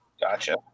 Gotcha